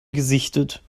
gesichtet